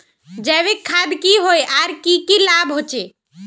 जैविक खाद की होय आर की की लाभ होचे?